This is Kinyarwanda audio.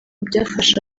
byafasha